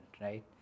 right